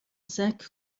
cinq